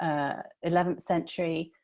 ah eleventh century,